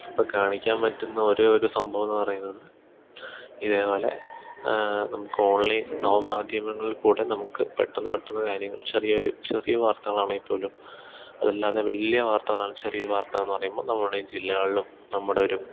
അപ്പോള് കാണിക്കാൻ പറ്റുന്ന ഒരേ ഒരു സംഭവംന്ന് പറയുന്നത് ഇതേപോലെ നമുക്കോൺലൈൻ നവമാധ്യമങ്ങളിൽ കൂടെ നമുക്കു പെട്ടെന്നുപെട്ടെന്നു കാര്യങ്ങൾ ചെറിയൊരു ചെറിയ വാർത്തകളാണേപ്പോലും അതല്ലാതെ വലിയ വാർത്തകളാണ് ചെറിയ വാർത്തയെന്നു പറയുമ്പോള് നമ്മുടെ ഈ ജില്ലകളിലും നമ്മുടെ ഒരു